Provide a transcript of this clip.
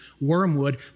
Wormwood